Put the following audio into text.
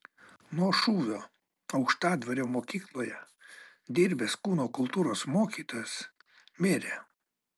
nuo šūvio aukštadvario mokykloje dirbęs kūno kultūros mokytojas mirė